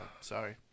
Sorry